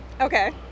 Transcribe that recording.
Okay